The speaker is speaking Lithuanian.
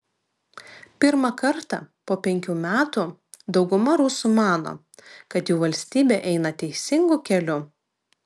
pirmą kartą po penkių metų dauguma rusų mano kad jų valstybė eina teisingu keliu